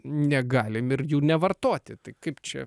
negalim ir jų nevartoti tai kaip čia